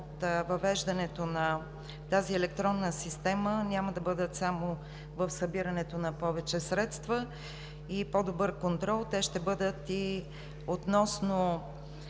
от въвеждането на тази електронна система няма да бъдат само в събирането на повече средства и по-добър контрол. Те ще бъдат и относно